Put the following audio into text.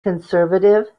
conservative